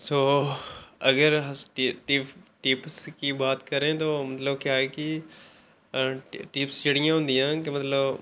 सो मतलब अगर अस टिप्स की तो क्या है की टिप्स जेह्ड़ियां होंदियां की मतलब